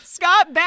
Scott